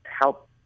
help